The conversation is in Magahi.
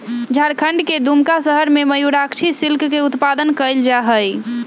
झारखंड के दुमका शहर में मयूराक्षी सिल्क के उत्पादन कइल जाहई